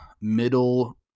middle